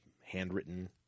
handwritten